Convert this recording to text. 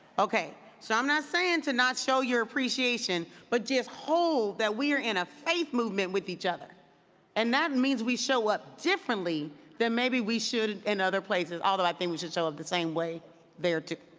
okay. so i'm not saying to not show your appreciation, but just hold that we are in a faith movement with each other and that means we show up differently than maybe we should in other places, although i think we should show up the same way there, too.